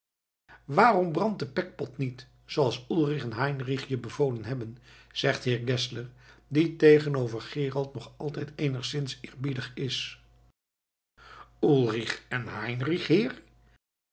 waarom brandt de pekpot niet zooals ulrich en heinrich je bevolen hebben zegt heer geszler die tegenover gerold nog altijd eenigszins eerbiedig is ulrich en